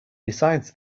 besides